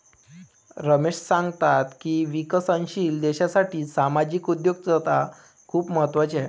रमेश सांगतात की विकसनशील देशासाठी सामाजिक उद्योजकता खूप महत्त्वाची आहे